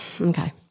Okay